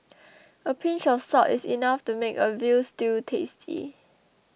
a pinch of salt is enough to make a Veal Stew tasty